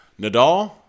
Nadal